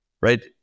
Right